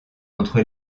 entre